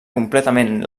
completament